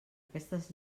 aquestes